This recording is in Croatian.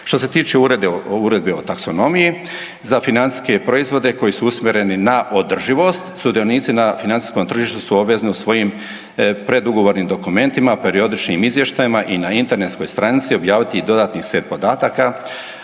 Što se tiče uredbe o taksonomiji, za financijske proizvode koji su usmjereni na održivost sudionici na financijskom tržištu su obvezni u svojim predugovornim dokumentima, periodičnim izvještajima i na internetskoj stranici objaviti dodatni set podataka,